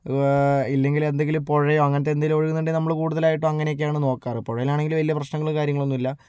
ഇല്ലെങ്കിൽ എന്തെങ്കിലും പുഴയോ അങ്ങനത്തെ എന്തെങ്കിലും ഒഴുകുന്നുണ്ടെങ്കിൽ നമ്മള് കൂടുതലായിട്ടും അങ്ങനെയൊക്കെയാണ് നോക്കാറ് പുഴ തന്നെയാണെങ്കില് വലിയ പ്രശ്നങ്ങളും കാര്യങ്ങളും ഒന്നുമില്ല